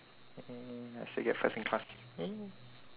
!yay! I still get first in class !yay!